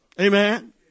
Amen